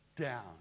down